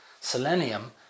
Selenium